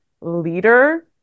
leader